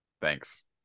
Thanks